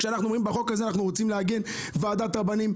כשאנחנו אומרים שבחוק הזה אנחנו רוצים לעגן ועדת רבנים,